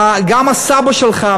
גם הסבא שלך,